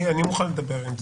אני מוכן לדבר איתם.